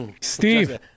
Steve